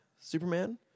Superman